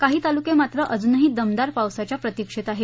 काही तालुके मात्र अजूनही दमदार पावसाच्या प्रतिक्षेत आहेत